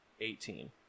eighteen